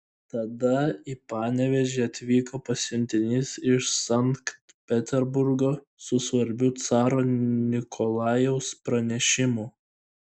tada į panevėžį atvyko pasiuntinys iš sankt peterburgo su svarbiu caro nikolajaus pranešimu